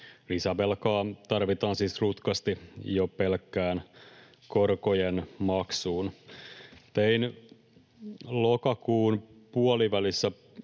Lisävelkaa tarvitaan siis rutkasti jo pelkkään korkojen maksuun. Tein lokakuun puolivälissä